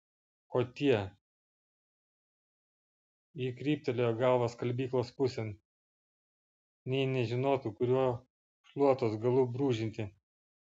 o tie ji kryptelėjo galva skalbyklos pusėn nė nežinotų kuriuo šluotos galu brūžinti